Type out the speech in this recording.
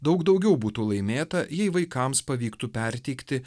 daug daugiau būtų laimėta jei vaikams pavyktų perteikti